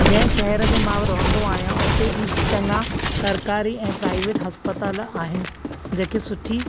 जे शहरु में मां रहुंदो आहियां उते बि चंङा सरकारी ऐं प्राइवेट हस्पताल आहिनि जेके सुठी